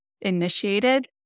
initiated